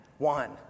One